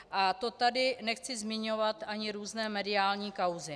A to tady nechci zmiňovat ani různé mediální kauzy.